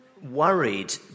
worried